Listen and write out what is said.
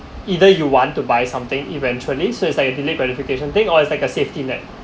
either you want to buy something eventually so it's like a delay qualification thing or it's like a safety net